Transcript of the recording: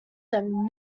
them